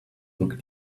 look